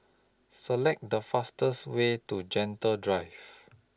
Select The fastest Way to Gentle Drive